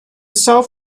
south